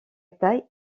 taille